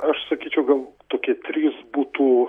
aš sakyčiau gal tokie trys būtų